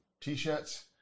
t-shirts